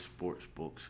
sportsbooks